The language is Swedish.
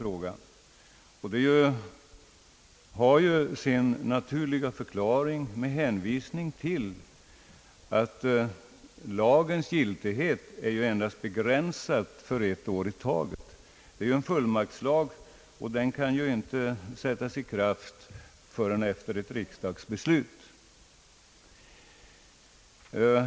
Det har emel lertid sin naturliga förklaring med hänsyn till att lagens giltighet är begränsad till ett år i taget. Det är en fullmaktslag som inte kan träda i kraft förrän efter ett riksdagsbeslut.